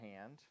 hand